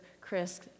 Chris